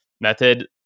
method